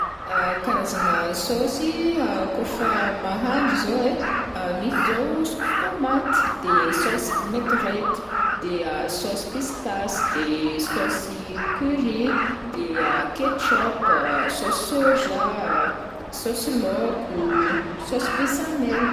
karazagna saosy kaofa mahandro zao ai, misy zao saosy tomate, de saosy vinaigrette, de saosy pistasy, de saosy curry, de ketchup, saosy soja, saosy laoko, saosy besamel.